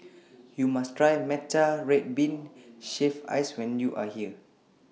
YOU must Try Matcha Red Bean Shaved Ice when YOU Are here